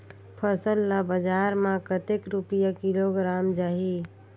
फसल ला बजार मां कतेक रुपिया किलोग्राम जाही?